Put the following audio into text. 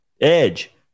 Edge